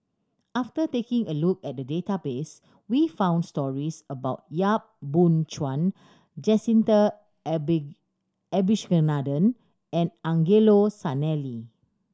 after taking a look at the database we found stories about Yap Boon Chuan Jacintha Abisheganaden and Angelo Sanelli